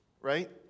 right